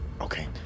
okay